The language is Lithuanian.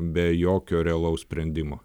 be jokio realaus sprendimo